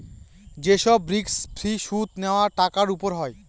যে সব risk free সুদ নেওয়া টাকার উপর হয়